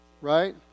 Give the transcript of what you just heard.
Right